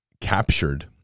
captured